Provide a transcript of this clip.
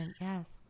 yes